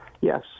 Yes